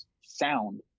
sound